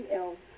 else